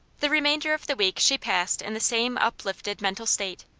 the remainder of the week she passed in the same uplifted mental state.